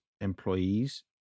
employees